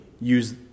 use